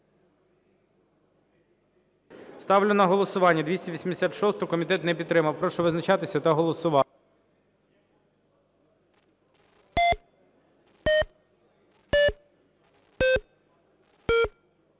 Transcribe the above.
Ставлю на голосування 286-у. Комітет не підтримав. Прошу визначатись та голосувати.